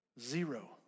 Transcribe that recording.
Zero